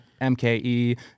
mke